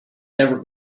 never